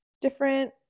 different